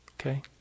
okay